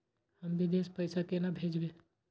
हम विदेश पैसा केना भेजबे?